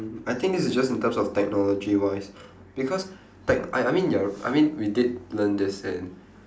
mm I think this is just in terms of technology wise because tec~ I I mean you're I mean we did learn this in